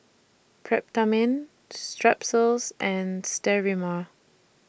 Peptamen Strepsils and Sterimar